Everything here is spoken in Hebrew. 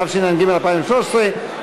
התשע"ג 2013,